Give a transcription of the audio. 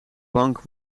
bank